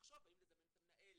יחשוב האם לזמן את המנהל,